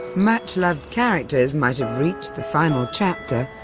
much-loved characters might have reached the final chapter,